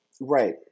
Right